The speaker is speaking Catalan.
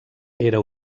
era